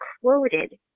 Quoted